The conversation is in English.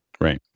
Right